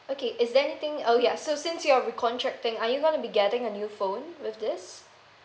okay is there anything okay ah so since you're recontracting are you gonna be getting a new phone with this